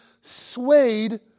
swayed